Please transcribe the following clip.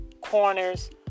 corners